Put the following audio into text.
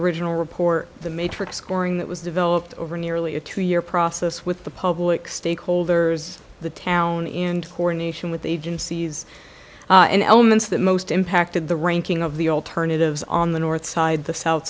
original report the matrix scoring that was developed over nearly a two year process with the public stakeholders the town in coordination with the agencies and elements that most impacted the ranking of the alternatives on the north side the south